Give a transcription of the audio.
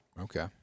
Okay